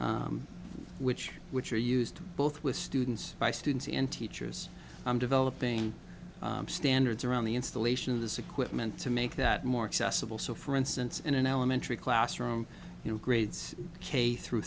which which are used both with students by students and teachers i'm developing standards around the installation of this equipment to make that more accessible so for instance in an elementary classroom you know grades k through